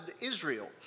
Israel